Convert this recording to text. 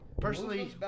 personally